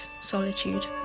solitude